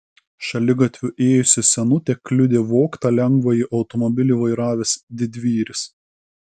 šaligatviu ėjusią senutę kliudė vogtą lengvąjį automobilį vairavęs didvyris